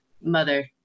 mother